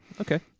okay